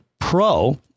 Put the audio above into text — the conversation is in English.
Pro